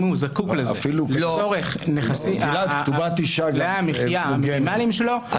אם הוא זקוק לזה לצורך תנאי המחיה המינימליים שלו,